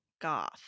goth